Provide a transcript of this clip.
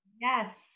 yes